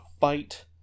fight